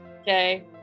Okay